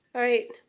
all right.